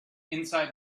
inside